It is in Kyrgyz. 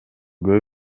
көп